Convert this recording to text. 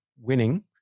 winning